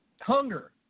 hunger